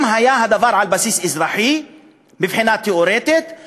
אם היה הדבר על בסיס אזרחי מבחינה תיאורטית,